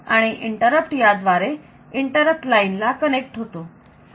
आणि इंटरप्ट याद्वारे इंटरप्ट लाईनला कनेक्ट होतो